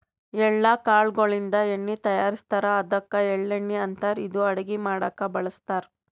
ಎಳ್ಳ ಕಾಳ್ ಗೋಳಿನ್ದ ಎಣ್ಣಿ ತಯಾರಿಸ್ತಾರ್ ಅದ್ಕ ಎಳ್ಳಣ್ಣಿ ಅಂತಾರ್ ಇದು ಅಡಗಿ ಮಾಡಕ್ಕ್ ಬಳಸ್ತಾರ್